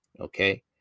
okay